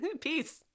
Peace